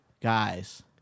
Guys